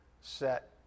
set